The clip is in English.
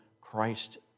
Christ